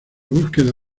búsqueda